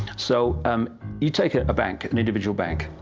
so um you take a bank, an individual bank,